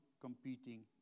competing